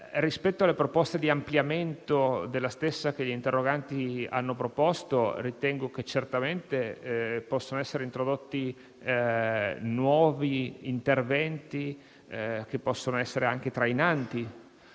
Rispetto alle proposte di ampliamento della stessa che gli interroganti hanno avanzato, ritengo che certamente possano essere introdotti nuovi interventi che siano anche trainanti.